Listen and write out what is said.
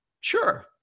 sure